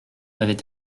avait